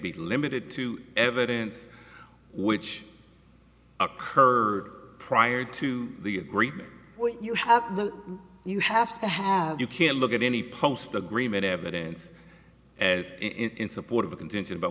be limited to evidence which occur prior to the agreement you have you have to have you can look at any post agreement evidence in support of a contention about